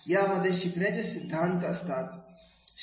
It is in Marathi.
यामध्ये शिकण्याचे सिद्धांत असतात